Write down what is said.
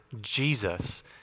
Jesus